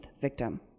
victim